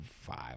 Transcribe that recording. five